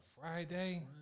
Friday